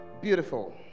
beautiful